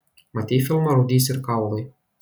matei filmą rūdys ir kaulai